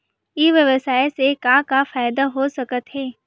ई व्यवसाय से का का फ़ायदा हो सकत हे?